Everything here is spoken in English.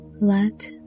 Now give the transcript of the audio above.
Let